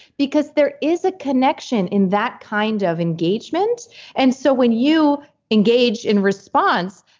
because there is a connection in that kind of engagement and so when you engage in response,